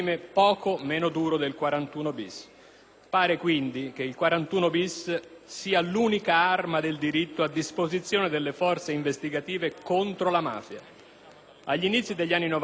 Pare quindi che il 41-*bis* sia l'unica arma del diritto a disposizione delle forze investigative contro la mafia. Agli inizi degli anni Novanta, cioè a pochi anni dalla sua introduzione,